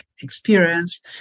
experience